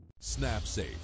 SnapSafe